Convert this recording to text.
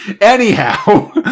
anyhow